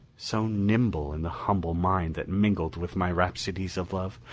so nimble in the humble mind that mingled with my rhapsodies of love,